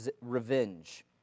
revenge